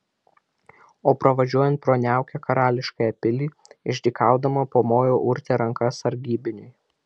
o pravažiuojant pro niaukią karališkąją pilį išdykaudama pamojo urtė ranka sargybiniui